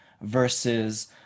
versus